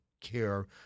care